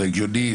זה הגיוני,